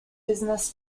business